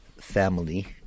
family